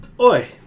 Oi